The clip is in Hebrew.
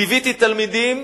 ליוויתי תלמידים,